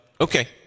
okay